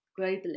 globally